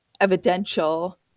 evidential